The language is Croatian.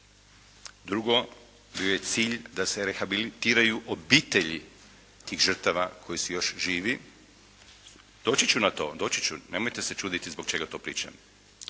Drugo, bio je cilj da se rehabilitiraju obitelji tih žrtava koji su još živi. Doći ću na to, doći ću. Nemojte se čuditi zbog čega to pričam.